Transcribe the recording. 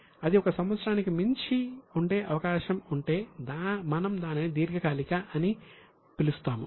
అది 1 సంవత్సరానికి మించి ఉండే అవకాశం ఉంటే మనం దానిని దీర్ఘకాలిక అని పిలుస్తాము